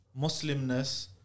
Muslimness